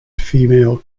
female